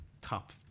top